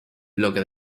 bloque